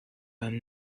him